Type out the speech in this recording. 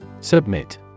Submit